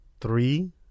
three